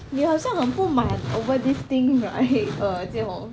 你好像很不满 over this thing right err jia hong